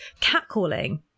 catcalling